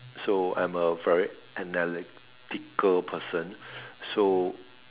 so I'm a very analytical person so